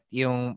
yung